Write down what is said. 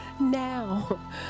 now